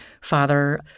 father